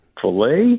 filet